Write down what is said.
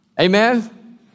Amen